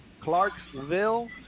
Clarksville